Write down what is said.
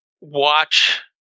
watch